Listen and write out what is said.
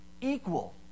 equal